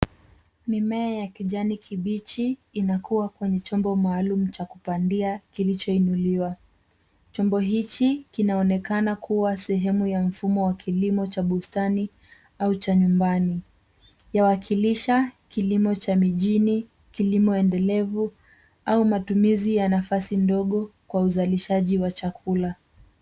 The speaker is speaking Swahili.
Mimea ya kijani kibichi inakuwa kwani chombo maalum cha kupandia kilichoinuliwa. Chombo hiki kinaonekana kuwa sehemu ya mfumo wa kilimo cha bustani au cha nyumbani. Yawakilisha kilimo cha mijini, kilimo endelevu au matumizi ya nafasi ndogo kwa uzalishaji wa chakula.